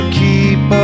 keep